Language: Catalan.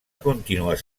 contínues